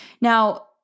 Now